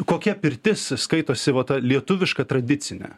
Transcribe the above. kokia pirtis skaitosi va ta lietuviška tradicine